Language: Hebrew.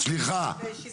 סליחה סליחה,